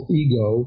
ego